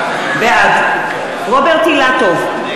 בעד רוברט אילטוב,